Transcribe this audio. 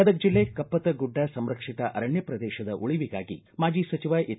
ಗದಗ ಜಿಲ್ಲೆ ಕಪ್ಪತ್ತಗುಡ್ಡ ಸಂರಕ್ಷಿತ ಅರಣ್ಯ ಪ್ರದೇಶದ ಉಳಿವಿಗಾಗಿ ಮಾಜಿ ಸಜಿವ ಎಚ್